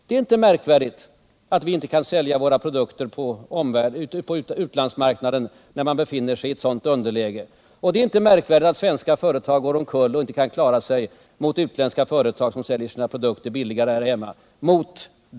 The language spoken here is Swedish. Det är alltså inte märkligt att vi inte kan sälja våra produkter på utlandsmarknaden när vi befinner oss i ett sådant underläge. Och det är mot den bakgrunden inte märkligt att svenska företag går omkull och inte klarar sig mot utländska företag som säljer sina produkter billigare här hemma.